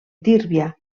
tírvia